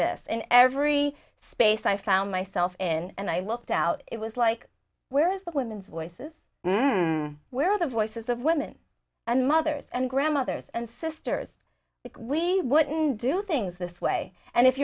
this in every space i found myself in and i looked out it was like where is the women's voices where are the voices of women and mothers and grandmothers and sisters we wouldn't do things this way and if